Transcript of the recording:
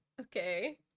Okay